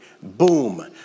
Boom